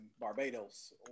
barbados